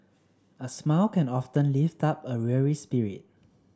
a smile can often lift up a weary spirit